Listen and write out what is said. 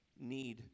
need